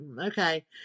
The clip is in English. okay